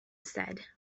said